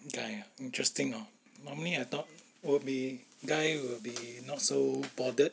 guy ah interesting hor normally I thought will be guy will be not so bothered